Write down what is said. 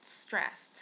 stressed